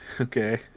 okay